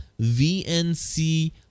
VNC